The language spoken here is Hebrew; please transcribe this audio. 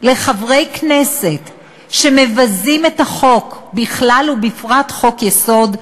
לחברי כנסת שמבזים את החוק בכלל וחוק-יסוד בפרט,